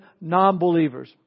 non-believers